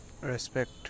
respect